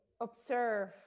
observe